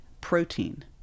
protein